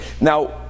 now